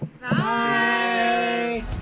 Bye